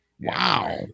Wow